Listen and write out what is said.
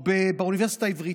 או באוניברסיטה העברית,